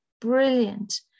brilliant